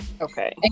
Okay